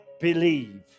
believe